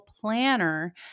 planner